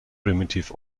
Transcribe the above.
primitive